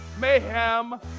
Mayhem